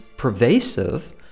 pervasive